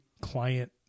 client